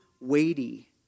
weighty